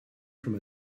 from